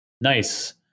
Nice